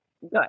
Good